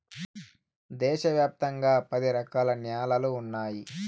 దేశ వ్యాప్తంగా పది రకాల న్యాలలు ఉన్నాయి